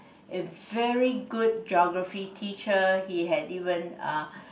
a very good geography teacher he had even uh